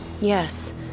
Yes